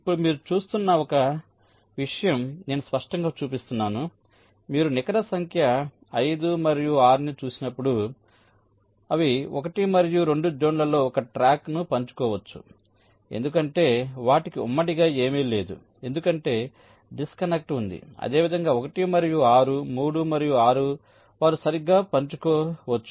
ఇప్పుడు మీరు చూస్తున్న ఒక విషయం నేను స్పష్టంగా చూపిస్తున్నాను మీరు నికర సంఖ్య 5 మరియు 6 ని చూసినప్పుడు వారు 1 మరియు 2 జోన్లలో ఒక ట్రాక్ను పంచుకోవచ్చు ఎందుకంటే వాటికి ఉమ్మడిగా ఏమీ లేదు ఎందుకంటే డిస్కనెక్ట్ ఉంది అదేవిధంగా 1 మరియు 6 3 మరియు 6 వారు సరిగ్గా పంచుకోవచ్చు